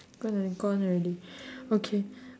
gonna gone already okay